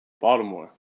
Baltimore